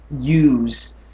use